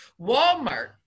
Walmart